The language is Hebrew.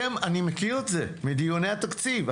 אני מכיר את זה מדיוני התקציב.